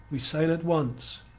we sail at once.